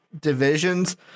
divisions